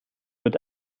mit